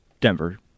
Denver